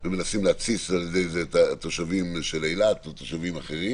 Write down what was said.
המנסים להתסיס על ידי זה את התושבים של אילת או תושבים אחרים.